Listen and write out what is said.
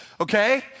okay